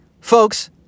Folks